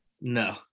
No